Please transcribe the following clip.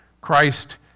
Christ